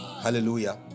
hallelujah